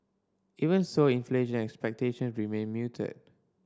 even so inflation expectation remain muted